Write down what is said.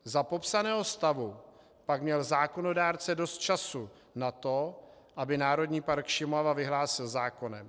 Za popsaného stavu pak měl zákonodárce dost času na to, aby Národní park Šumava vyhlásil zákonem.